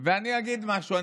ואני אגיד משהו.